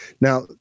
Now